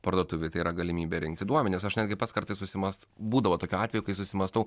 parduotuvei tai yra galimybė rinkti duomenis aš netgi pats kartais susimąs būdavo tokių atvejų kai susimąstau